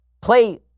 Play